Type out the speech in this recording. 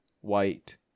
white